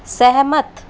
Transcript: सहमत